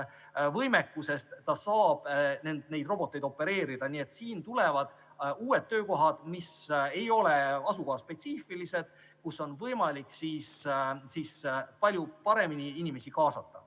võimekusest saab ta neid roboteid opereerida. Nii et tulevad uued töökohad, mis ei ole asukohaspetsiifilised ja kus on võimalik palju paremini inimesi kaasata.